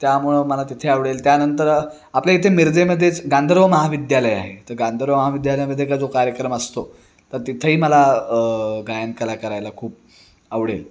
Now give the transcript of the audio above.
त्यामुळं मला तिथे आवडेल त्यानंतर आपल्या इथे मिरजेमध्येच गांधर्व महाविद्यालय आहे तर गांधर्व महाविद्यालयामध्ये का जो कार्यक्रम असतो तर तिथेही मला गायनकला करायला खूप आवडेल